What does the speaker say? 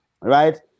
right